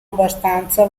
abbastanza